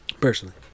personally